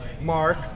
Mark